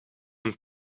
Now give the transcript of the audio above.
een